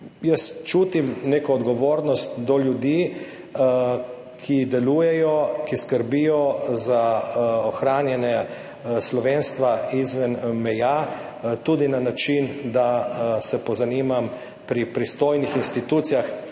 Jaz čutim neko odgovornost do ljudi, ki delujejo, ki skrbijo za ohranjanje slovenstva izven meja tudi na način, da se pozanimam pri pristojnih institucijah,